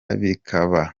bikaba